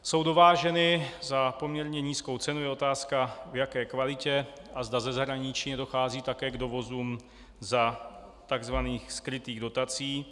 Jsou dováženy za poměrně nízkou cenu, je otázka v jaké kvalitě, a zda ze zahraničí nedochází také k dovozům za takzvaných skrytých dotací.